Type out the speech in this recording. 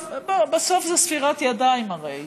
בסוף זה ספירת ידיים, הרי.